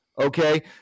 Okay